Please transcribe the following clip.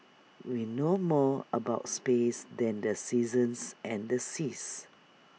we know more about space than the seasons and the seas